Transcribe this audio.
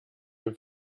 dem